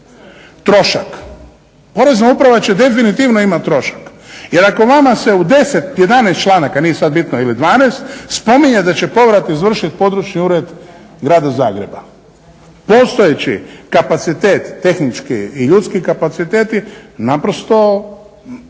Trošak. Porezna uprava će definitivno imati trošak. Jer ako vama se u 10, 11 članaka, nije sada bitno ili 12 spominje da će povrat izvršiti područni ured grada Zagreba. Postojeći kapacitet tehnički i ljudski kapaciteti naprosto